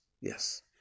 yes